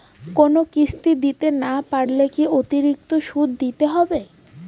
কোনো কিস্তি দিতে না পারলে কি অতিরিক্ত সুদ দিতে হবে?